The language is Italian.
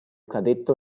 cadetto